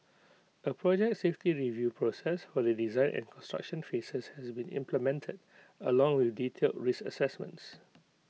A project safety review process for the design and construction phases has been implemented along with detailed risk assessments